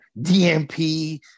DMP